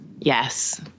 Yes